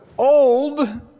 Old